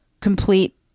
complete